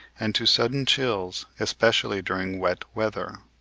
and to sudden chills, especially during wet weather.